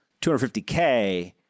250K